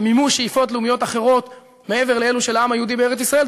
למימוש שאיפות לאומיות אחרות מעבר לאלו של העם היהודי בארץ-ישראל,